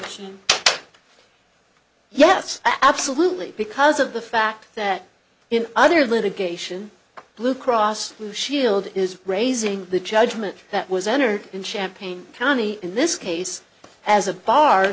position yes absolutely because of the fact that in other litigation blue cross blue shield is raising the judgment that was entered in champaign county in this case as a bar